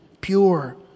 pure